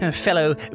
fellow